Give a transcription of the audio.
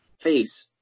Face